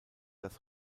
das